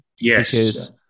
Yes